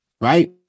Right